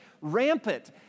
rampant